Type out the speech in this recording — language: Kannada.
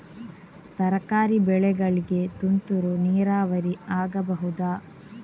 ತರಕಾರಿ ಬೆಳೆಗಳಿಗೆ ತುಂತುರು ನೀರಾವರಿ ಆಗಬಹುದಾ?